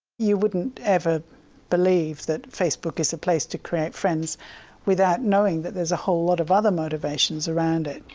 you wouldn't ever believe that facebook is a place to create friends without knowing that there are a whole lot of other motivations around it.